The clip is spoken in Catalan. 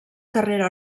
carrera